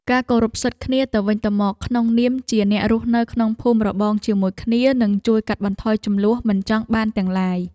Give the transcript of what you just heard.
ការគោរពសិទ្ធិគ្នាទៅវិញទៅមកក្នុងនាមជាអ្នករស់នៅក្នុងភូមិរបងជាមួយគ្នានឹងជួយកាត់បន្ថយជម្លោះមិនចង់បានទាំងឡាយ។